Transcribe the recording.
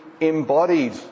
embodied